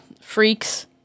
freaks